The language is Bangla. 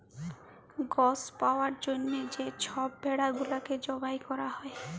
গস পাউয়ার জ্যনহে যে ছব ভেড়া গুলাকে জবাই ক্যরা হ্যয়